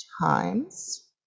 times